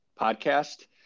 podcast